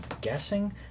guessing